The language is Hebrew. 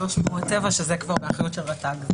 לא שמורות טבע שזה כבר באחריות רט"ג.